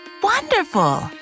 Wonderful